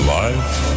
life